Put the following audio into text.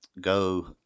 go